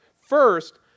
First